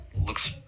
looks